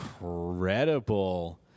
incredible